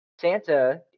Santa